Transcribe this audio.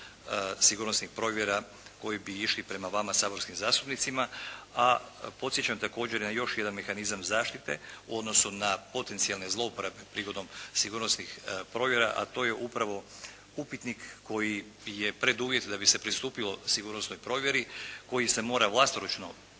sigurnosnih provjera koje bi išli prema vama, saborskim zastupnicima, a podsjećam također na još jedan mehanizam zaštite u odnosu na potencijalne zlouporabe prigodom sigurnosnih provjera, a to je upravo upitnik koji je preduvjet da bi se pristupilo sigurnosnoj provjeri, koji se mora vlastoručno